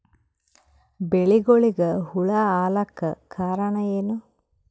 ಬೆಳಿಗೊಳಿಗ ಹುಳ ಆಲಕ್ಕ ಕಾರಣಯೇನು?